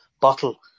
bottle